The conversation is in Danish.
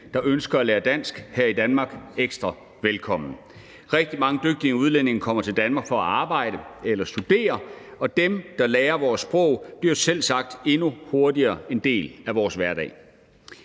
der ønsker at lære dansk her i Danmark, ekstra velkommen. Rigtig mange dygtige udlændinge kommer til Danmark for at arbejde eller studere, og dem, der lærer vores sprog, bliver selvsagt endnu hurtigere en del af vores hverdag.